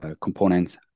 components